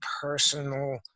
personal